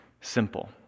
Simple